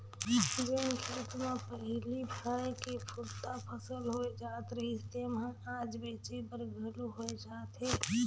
जेन खेत मे पहिली खाए के पुरता फसल होए जात रहिस तेम्हा आज बेंचे बर घलो होए जात हे